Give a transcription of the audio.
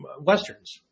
Westerns